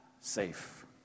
safe